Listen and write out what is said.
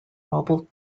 mobile